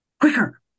quicker